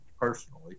personally